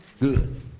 Good